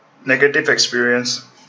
negative experience